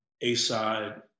A-side